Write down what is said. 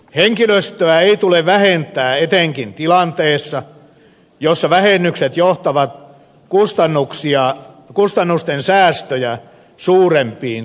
henkilöstöä ei tule vähentää etenkään tilanteessa jossa vähennykset johtavat kustannusten säästöjä suurempiin tulojen menetyksiin